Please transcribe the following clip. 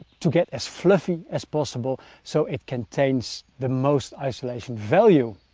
to get as fluffy as possible. so it contains the most isolation value.